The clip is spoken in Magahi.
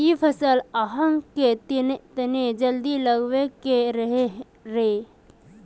इ फसल आहाँ के तने जल्दी लागबे के रहे रे?